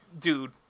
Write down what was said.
Dude